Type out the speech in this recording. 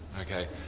Okay